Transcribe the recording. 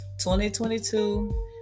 2022